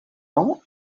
ans